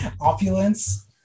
opulence